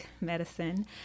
medicine